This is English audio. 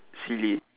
silly